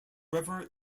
river